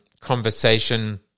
conversation